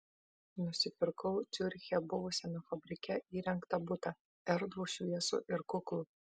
nusipirkau ciuriche buvusiame fabrike įrengtą butą erdvų šviesų ir kuklų